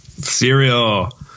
Cereal